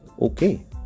Okay